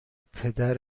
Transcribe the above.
پدر